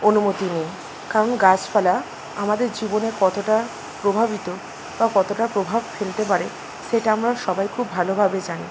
অনুমতি নিই কারণ গাছপালা আমাদের জীবনে কতটা প্রভাবিত বা কতটা প্রভাব ফেলতে পারে সেটা আমরা সবাই খুব ভালোভাবে জানি